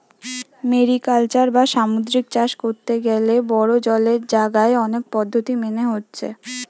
mariculture বা সামুদ্রিক চাষ কোরতে গ্যালে বড়ো জলের জাগায় অনেক পদ্ধোতি মেনে হচ্ছে